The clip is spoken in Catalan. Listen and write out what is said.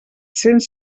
cents